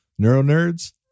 NeuroNerds